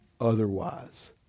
otherwise